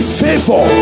favor